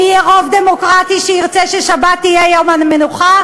אם יהיה רוב דמוקרטי שירצה ששבת תהיה יום המנוחה,